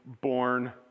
born